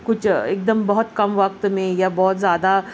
کچھ ایک دم بہت کم وقت میں یا بہت زیادہ